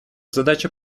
задача